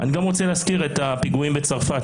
אני גם רוצה להזכיר את הפיגועים בצרפת.